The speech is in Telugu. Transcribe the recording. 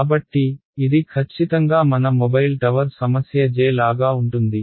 కాబట్టి ఇది ఖచ్చితంగా మన మొబైల్ టవర్ సమస్య J లాగా ఉంటుంది